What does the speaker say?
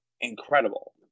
Incredible